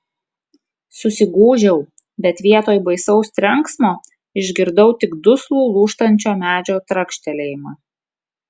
susigūžiau bet vietoj baisaus trenksmo išgirdau tik duslų lūžtančio medžio trakštelėjimą